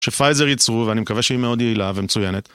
שפייזר ייצרו, ואני מקווה שהיא מאוד יעילה ומצוינת.